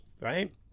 right